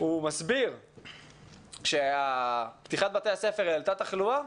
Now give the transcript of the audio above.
הוא מסביר שפתיחת בתי הספר העלתה תחלואה,